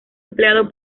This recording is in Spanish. empleado